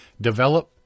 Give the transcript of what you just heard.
develop